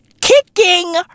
kicking